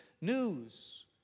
news